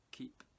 keep